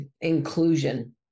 inclusion